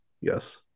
yes